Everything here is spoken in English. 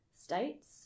states